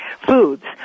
foods